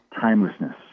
timelessness